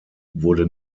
wurde